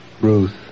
Ruth